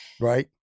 Right